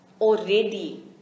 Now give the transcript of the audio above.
already